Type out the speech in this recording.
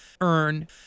earn